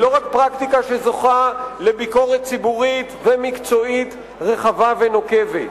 היא לא רק פרקטיקה שזוכה לביקורת ציבורית ומקצועית רחבה ונוקבת.